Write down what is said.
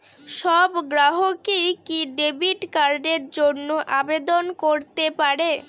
সব গ্রাহকই কি ডেবিট কার্ডের জন্য আবেদন করতে পারে?